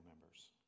members